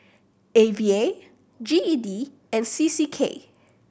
A V A G E D and C C K